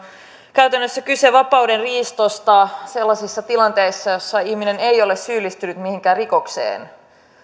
käytännössä kyse vapaudenriistosta sellaisissa tilanteissa joissa ihminen ei ole syyllistynyt mihinkään rikokseen